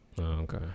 Okay